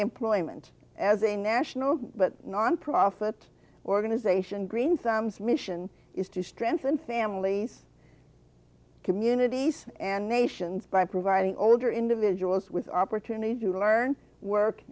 employment as a national but nonprofit organization green sam's mission is to strengthen families communities and nations by providing older individuals with the opportunity to learn work